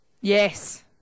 yes